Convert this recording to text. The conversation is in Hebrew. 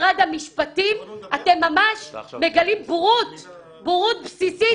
משרד המשפטים ממש מגלה בורות בסיסית.